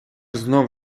знов